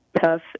tough